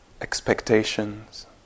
expectations